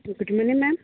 ଟି madam